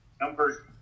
Number